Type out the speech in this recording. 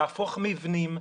להפוך מבנים,